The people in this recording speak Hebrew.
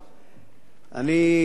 אני,